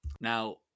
Now